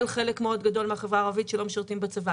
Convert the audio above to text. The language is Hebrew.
חלק מאוד גדול מהחברה הערבית שלא משרתים בצבא,